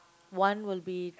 one will be